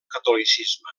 catolicisme